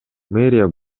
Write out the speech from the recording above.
мэрия